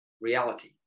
reality